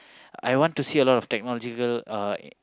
I want to see a lot of technological uh